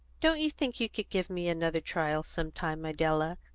don't you think you could give me another trial some time, idella?